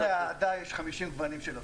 גם לאהדה יש 50 גוונים של אפור.